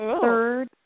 third